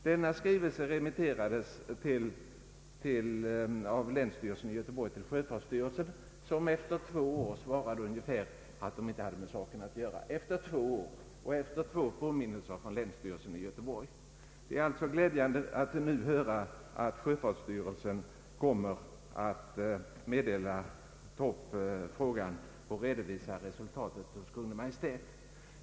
Denna skrivelse skickades av länsstyrelsen i Göteborg till sjöfartsstyrelsen, som svarade efter två år. Svaret innebar i huvudsak endast att sjöfartsstyrelsen inte hade med saken att göra. Detta skedde alltså först efter två år och efter två påminnelser från länsstyrelsen i Göteborg. Det är därför glädjande att höra att sjöfartsstyrelsen nu kommer att ta upp frågan och redovisa resultatet hos Kungl. Maj:t.